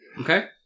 Okay